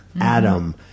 Adam